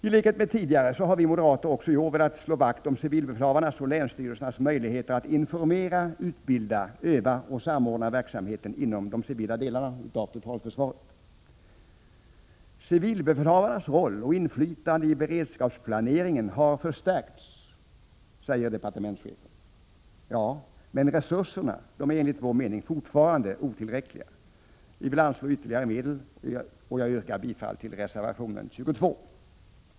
I likhet med tidigare har vi moderater också i år velat slå vakt om civilbefälhavarnas och länsstyrelsernas möjligheter att informera, utbilda, öva och samordna verksamheten inom de civila delarna av totalförsvaret. ”CB:s roll och inflytande i beredskapsplaneringen har förstärkts” säger departementschefen. Resurserna är dock enligt vår mening fortfarande otillräckliga. Vi moderater vill anslå ytterligare medel. Jag yrkar bifall till reservation 22.